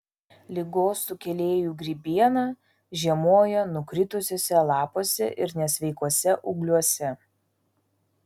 ligos sukėlėjų grybiena žiemoja nukritusiuose lapuose ir nesveikuose ūgliuose